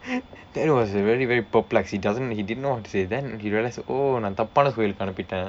that was a very very perplexing he doesn't he didn't know what to say then he realise oh நான் தப்பான:naan thappaana suhail கிட்ட அனுப்பிட்டேன்:kitda anuppitdeen